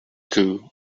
two